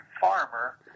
farmer